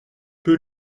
peu